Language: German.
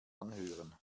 anhören